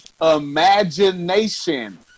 imagination